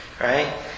right